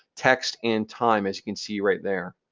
text, and time, as you can see right there.